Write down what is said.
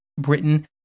Britain